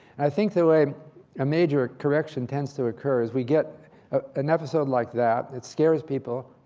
i think the way a major correction tends to occur is we get an episode like that. it scares people,